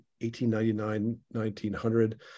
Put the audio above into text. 1899-1900